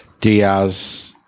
Diaz